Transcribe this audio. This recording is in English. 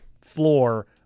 floor